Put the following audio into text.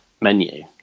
menu